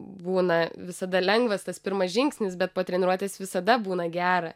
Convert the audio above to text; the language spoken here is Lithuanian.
būna visada lengvas tas pirmas žingsnis bet po treniruotės visada būna gera